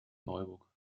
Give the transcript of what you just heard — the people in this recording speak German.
neuburg